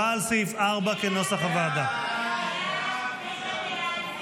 סעיף 4, כהצעת הוועדה, נתקבל.